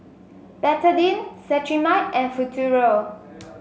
Betadine Cetrimide and Futuro